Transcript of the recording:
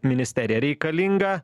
ministerija reikalinga